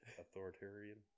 Authoritarian